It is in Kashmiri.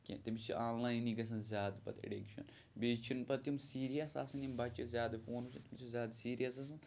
کینٛہہ تٔمِس چھِ آن لایِنٕے گژھان زیادٕ پَتہٕ ایڈِکشَن بیٚیہِ چھِنہٕ پَتہٕ تِم سیٖریَس آسان یِم بَچہِ زیادٕ فونَس تِم چھِ زیادٕ سیٖریَس آسان